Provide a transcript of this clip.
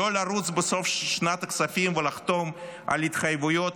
אפשר לא לרוץ בסוף שנת הכספים ולחתום על התחייבויות